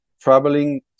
traveling